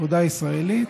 עבודה ישראלית,